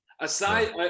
Aside